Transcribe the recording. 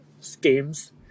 schemes